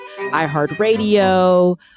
iHeartRadio